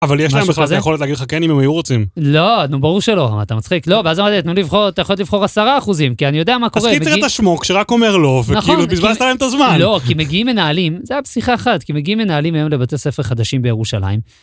אבל יש להם בכלל אפשרות להגיד לך כן אם הם היו רוצים? - לא, ברור שלא, אתה מצחיק? לא, ואז אמרתי, תנו לבחו... את היכולת לבחור עשרה אחוזים, כי אני יודע מה קורה. - אז, קיצר, את שמוק שרק אומר "לא", - נכון - וכאילו בזבזת להם את הזמן - לא, כי מגיעים מנהלים, זה היה בשיחה אחת, כי מגיעים מנהלים היום לבתי ספר חדשים בירושלים...